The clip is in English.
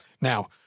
Now